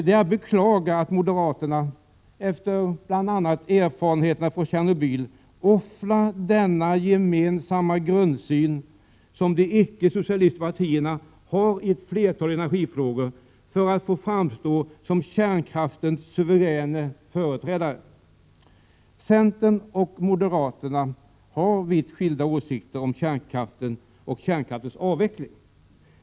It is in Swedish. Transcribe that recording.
Det är att beklaga att moderaterna, efter bl.a. erfarenheterna från Tjernobyl, offrar den gemensamma grundsyn som de icke-socialistiska partierna har i ett flertal energifrågor, för att framstå som kärnkraftens suveräna företrädare. Centern och moderaterna har vitt skilda åsikter om kärnkraften och dess avveckling.